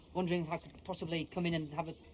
wondering if i could possibly come in and